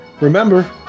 Remember